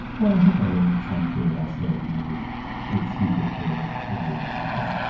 well i think they waiting this long too, it also made it super clear what this was really about.